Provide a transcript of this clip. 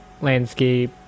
landscape